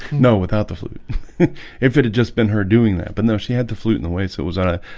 know without the flute if it had just been her doing that but no she had the flute in the way, so it was i